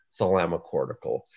thalamocortical